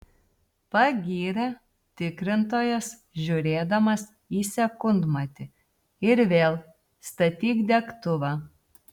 pagyrė tikrintojas žiūrėdamas į sekundmatį ir vėl statyk degtuvą